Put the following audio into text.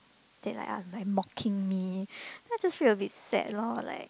they like are like mocking me then I just feel a bit sad loh like